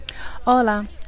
Hola